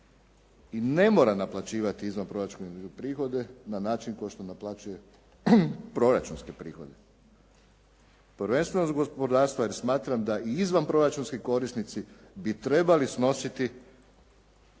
i ne mora naplaćivati izvanproračunske prihode na način kao što naplaćuje proračunske prihode prvenstveno iz gospodarstva jer smatram da i izvanproračunski korisnici bi trebali snositi